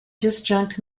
disjunct